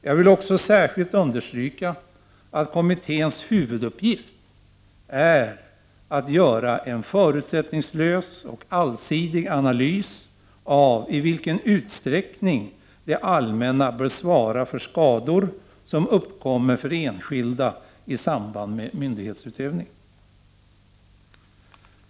Jag vill också särskilt understryka att kommitténs huvuduppgift är att göra en förutsättningslös och allsidig analys av i vilken utsträckning det allmänna bör svara för skador som uppkommer för enskilda i samband med myndighetsutövning.